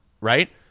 right